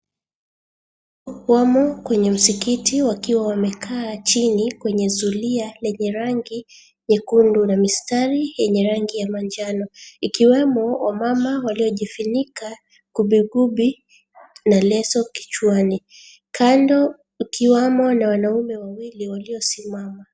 Maimamu wamo kwenye msikiti wakiwa wamekaa chini kwenye zulia lenye rangi nyekundu na mistari yenye rangi ya manjano. Ikiwemo, wamamama waliojifunika gubigubi na leso kichwani. Kando, ikiwamo na wanaume wawili walio simama.